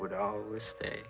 would always stay